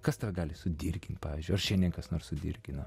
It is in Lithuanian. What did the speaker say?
kas tave gali sudirgint pavyzdžiui ar šiandien kas nors sudirgino